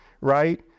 right